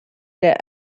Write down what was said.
der